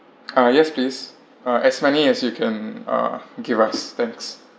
ah yes please uh as many as you can uh give us thanks